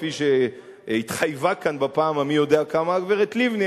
כפי שהתחייבה כאן בפעם המי-יודע-כמה הגברת לבני,